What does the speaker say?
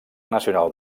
nacional